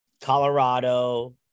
Colorado